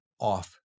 off